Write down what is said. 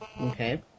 Okay